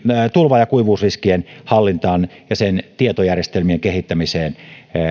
tulva ja kuivuusriskien hallintaan ja sen tietojärjestelmien kehittämiseen